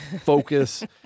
focus